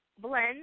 Blend